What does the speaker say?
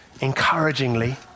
encouragingly